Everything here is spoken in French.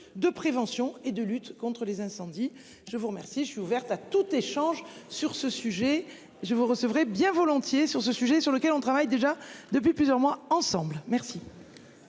de prévention et de lutte contre les incendies. Je vous remercie, je suis ouverte à tout échange sur ce sujet. Je vous recevrai bien volontiers sur ce sujet sur lequel on travaille déjà depuis plusieurs mois ensemble. Merci.